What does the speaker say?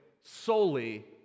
solely